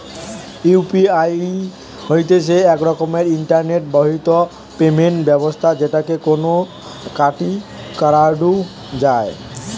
UPI হতিছে এক রকমের ইন্টারনেট বাহিত পেমেন্ট ব্যবস্থা যেটাকে কেনা কাটি করাঢু যায়